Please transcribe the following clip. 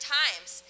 times